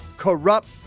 corrupt